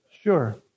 Sure